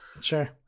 sure